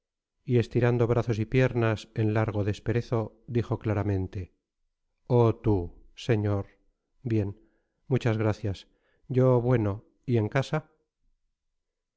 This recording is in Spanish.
y estirando brazos y piernas en largo desperezo dijo claramente oh tú señor bien muchas gracias yo bueno y en casa